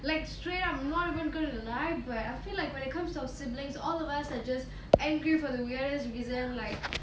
like straight out where I feel like when it comes to have siblings all of us are just angry for the years isn't like